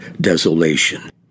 desolation